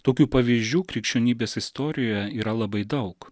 tokių pavyzdžių krikščionybės istorijoje yra labai daug